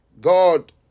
God